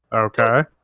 okay?